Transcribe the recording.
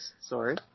sorry